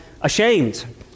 ashamed